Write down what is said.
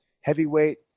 Heavyweight